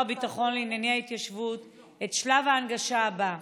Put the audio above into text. הביטחון לענייני התיישבות את שלב ההנגשה הבא: